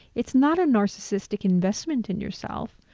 it's not a narcissistic investment in yourself.